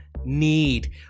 need